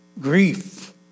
grief